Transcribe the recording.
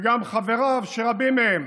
וגם חבריו, שרבים מהם